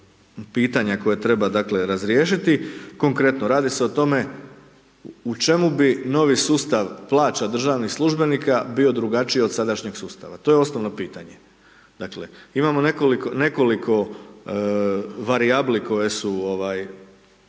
pitanja koja treba, dakle, razriješiti. Konkretno, radi se o tome u čemu bi novi sustav plaća državnih službenika bio drugačiji od sadašnjeg sustava? To je osnovno pitanje. Dakle, imamo nekoliko varijabli koje su